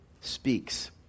speaks